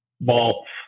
vaults